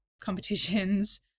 competitions